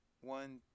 one